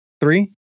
Three